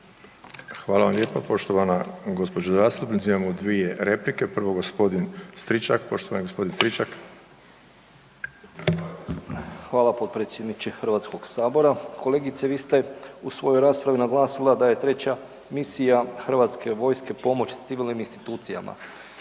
Hvala vam lijepa, poštovan gđo. zastupnice, imamo dvije replike, prvu g. Stričak. Poštovani g. Stričak. **Stričak, Anđelko (HDZ)** Hvala potpredsjedniče Hrvatskog sabora. Kolegice, vi ste u svojoj raspravi naglasila da je treća misija hrvatske vojske pomoć civilnim institucijama.